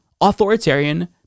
authoritarian